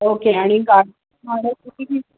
okay आणि गाडी